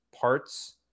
parts